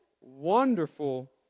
wonderful